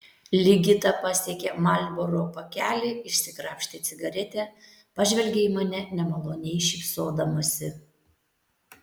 ligita pasiekė marlboro pakelį išsikrapštė cigaretę pažvelgė į mane nemaloniai šypsodamasi